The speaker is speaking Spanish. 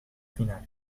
final